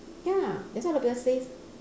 ya that's why all the people says